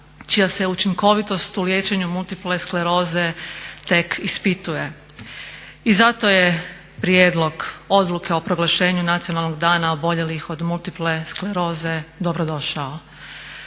čija se učinkovitost u liječenju multiple skleroze tek ispituje. I zato je prijedlog Odluke o proglašenju Nacionalnog dana oboljelih od multiple skleroze dobrodošao.